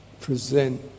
present